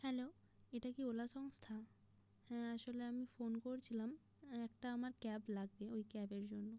hello এটা কি ওলা সংস্থা হ্যাঁ আসলে আমি ফোন করছিলাম একটা আমার ক্যাব লাগবে ওই ক্যাবের জন্য